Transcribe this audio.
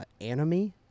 anime